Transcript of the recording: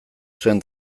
zuen